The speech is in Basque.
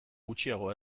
gutxiago